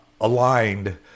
aligned